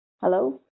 Hello